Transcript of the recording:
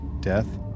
death